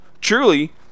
Truly